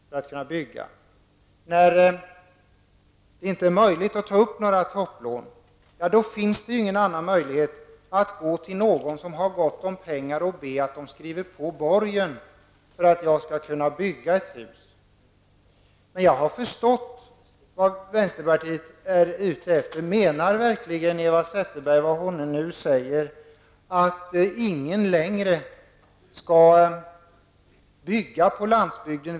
När det inte finns några möjligheter till topplån är enda lösningen att gå till någon som har pengar och be att denne skriver på borgen. Jag har förstått vad vänsterpartiet är ute efter. Menar Eva Zetterberg att ingen längre skall få bygga på landsbygden?